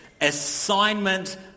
assignment